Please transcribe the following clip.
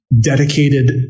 dedicated